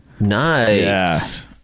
nice